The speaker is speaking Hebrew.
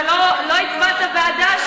ולא הצבעת בעדה,